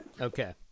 Okay